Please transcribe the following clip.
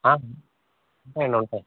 నేను ఉంటాను